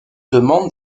demande